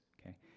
okay